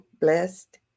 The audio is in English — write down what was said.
blessed